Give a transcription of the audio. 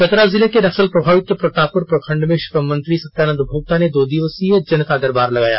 चतरा जिले के नक्सल प्रभावित प्रतापपुर प्रखंड में श्रम मंत्री सत्यानंद भोक्ता ने दो दिवसीय जनता दरबार लगाया